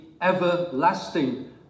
everlasting